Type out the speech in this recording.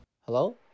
Hello